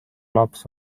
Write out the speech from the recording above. laps